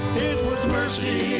was mercy